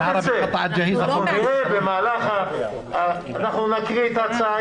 אנחנו נקריא את ההצעה,